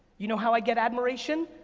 you know how i get admiration?